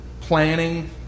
Planning